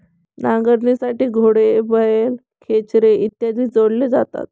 नांगरणीसाठी घोडे, बैल, खेचरे इत्यादी जोडले जातात